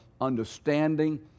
understanding